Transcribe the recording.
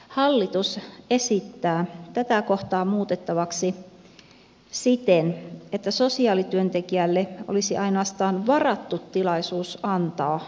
hallitus esittää tätä kohtaa muutettavaksi siten että sosiaalityöntekijälle olisi ainoastaan varattu tilaisuus antaa lausunto